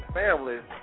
families